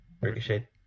ricochet